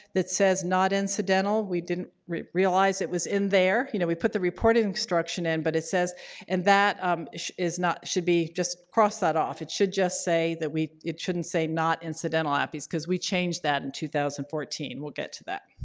that says, not incidental. we didn't realize it was in there. you know, we put the reporting instruction in but it says, and that um that is not should be just cross that off. it should just say that we it shouldn't say, not incidental appys, because we changed that in two thousand and fourteen. we'll get to that.